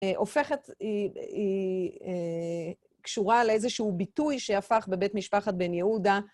הופכת, היא קשורה לאיזשהו ביטוי שהפך בבית משפחת בן יהודה